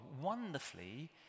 Wonderfully